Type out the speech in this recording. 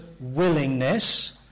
willingness